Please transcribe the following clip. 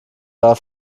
war